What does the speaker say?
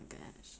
oh my gosh